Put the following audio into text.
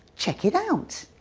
check it out.